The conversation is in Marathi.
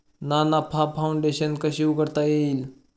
ना नफा फाउंडेशन कशी उघडता येईल?